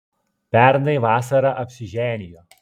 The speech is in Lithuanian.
pernai vasarą apsiženijo